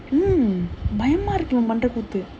mm I think kamal should